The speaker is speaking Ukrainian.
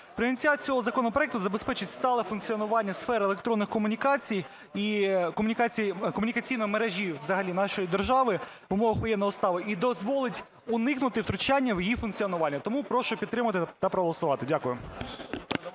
Прийняття цього законопроекту забезпечить стале функціонування сфер електронних комунікацій і комунікаційної мережі взагалі нашої держави в умовах воєнного стану і дозволить уникнути втручання в її функціонування. Тому прошу підтримати та проголосувати. Дякую.